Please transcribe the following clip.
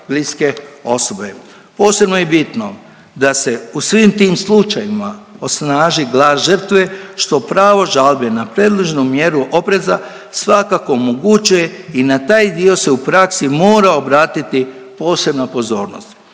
Posebno je bitno da se u svim tim slučajevima osnaži glas žrtve, što pravo žalbe na predloženu mjeru opreza svakako omogućuje i na taj dio se u praksi mora obratiti posebna pozornost.